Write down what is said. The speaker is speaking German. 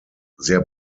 sehr